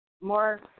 more